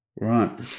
Right